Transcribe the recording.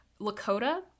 Lakota